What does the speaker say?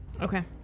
Okay